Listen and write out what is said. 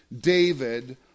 David